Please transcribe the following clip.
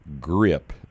grip